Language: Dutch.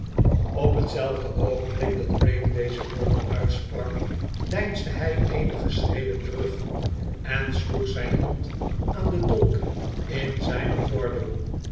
op hetzelfde oogenblik dat graham deze woorden uitsprak deinsde hij eenige schreden terugen sloeg zijne hand aan den dolk in zpen gordel